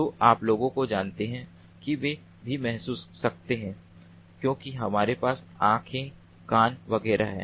तो आप लोगों को जानते हैं कि वे भी महसूस सकते हैं क्योंकि हमारे पास आँखें कान वगैरह हैं